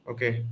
Okay